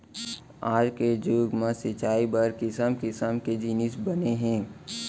आज के जुग म सिंचई बर किसम किसम के जिनिस बने हे